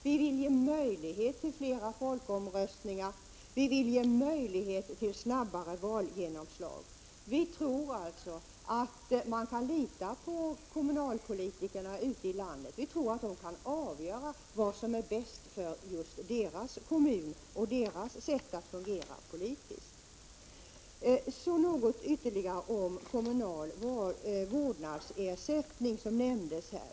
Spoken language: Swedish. Vi vill ha möjlighet till fler folkomröstningar. Vi vill ha möjlighet till snabbare valgenomslag. Vi tror alltså att man kan lita på kommunalpolitikerna ute i landet. Vi tror att de kan avgöra vad som är bäst för deras kommun och deras sätt att fungera politiskt. Något ytterligare vill jag säga om kommunal vårdnadsersättning, som nämndes här.